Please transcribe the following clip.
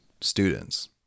students